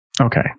Okay